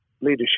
leadership